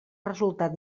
resultat